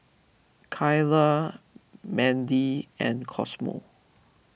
Keyla Mandi and Cosmo